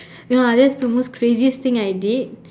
ya that's the most craziest thing I did